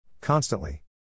Constantly